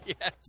Yes